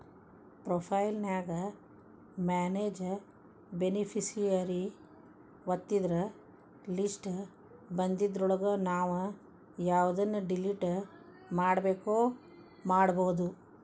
profile ನ್ಯಾಗ manage beneficiary ಒತ್ತಿದ್ರ list ಬನ್ದಿದ್ರೊಳಗ ನಾವು ಯವ್ದನ್ನ ಡಿಲಿಟ್ ಮಾಡ್ಬೆಕೋ ಮಾಡ್ಬೊದು